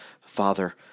father